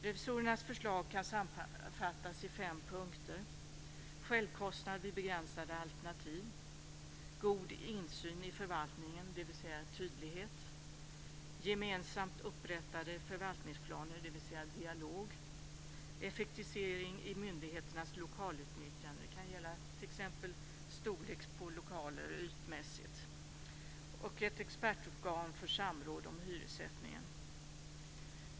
Revisorernas förslag kan sammanfattas i fem punkter: självkostnad vid begränsade alternativ, god insyn i förvaltningen, dvs. tydlighet, gemensamt upprättade förvaltningsplaner, dvs. dialog, effektivisering i myndigheternas lokalutnyttjande, det kan t.ex. ytmässig storlek på lokaler, och ett expertorgan för samråd om hyressättningen.